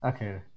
Okay